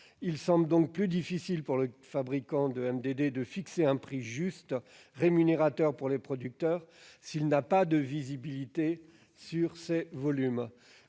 Il semble donc plus difficile pour le fabricant de MDD de fixer un prix juste, rémunérateur pour les producteurs s'il n'a pas de visibilité sur les volumes.